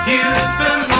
Houston